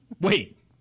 Wait